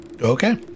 Okay